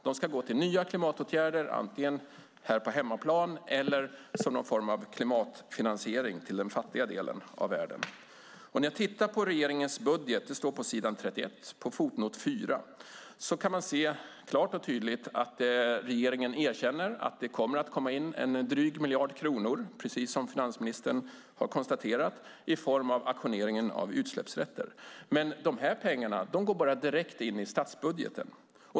De ska gå till nya klimatåtgärder, antingen här på hemmaplan eller som någon form av klimatfinanisering till den fattiga delen av världen. När man tittar på regeringens budget, s. 31 fotnot 4, kan man se klart och tydligt att regeringen erkänner att det kommer att komma in drygt 1 miljard kronor, precis som finansministern har konstaterat, i form av auktioneringen av utsläppsrätter. Men de pengarna går bara direkt in i statsbudgeten.